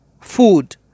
food